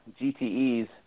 GTEs